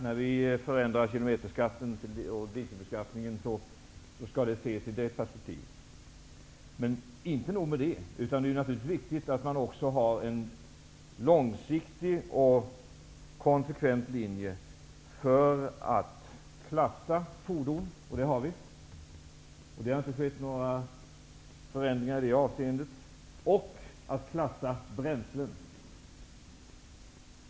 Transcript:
När vi förändrar kilometerskatten och dieselskatten skall det alltså ses i ett helhetsperspektiv. Inte nog med det, utan det är också viktigt att man har en långsiktig och konsekvent linje för att klassa fordon -- det har vi, och det har inte skett några förändringar i det avseendet -- och klassa bränslen.